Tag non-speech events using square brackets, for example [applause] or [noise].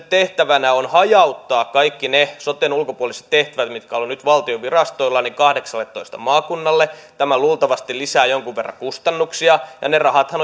[unintelligible] tehtävänä on hajauttaa kaikki ne soten ulkopuoliset tehtävät mitkä ovat olleet nyt valtion virastoilla kahdeksalletoista maakunnalle tämä luultavasti lisää jonkun verran kustannuksia ja ne rahathan [unintelligible]